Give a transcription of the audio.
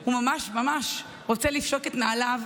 הוא ממש ממש רוצה לפשוט את נעליו,